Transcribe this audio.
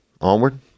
Onward